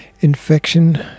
infection